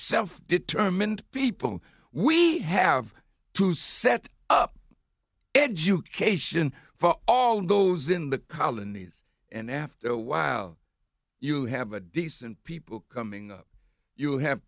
self determined people we have to set up education for all those in the colonies and after a while you have a decent people coming up you have